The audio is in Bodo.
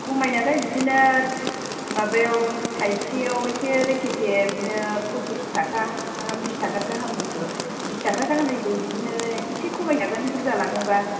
खमायनायालाय बिदिनो माबायाव थाइसेयाव एसे रेथे थे बिदिनो फचिस थाखा गाहाम बिस थाखा गाहामनिखौ बिसथाखा गाहामनिखौ बिदिनो एसे खमाय जागोन बुर्जा लाङोबा